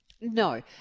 No